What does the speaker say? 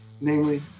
Namely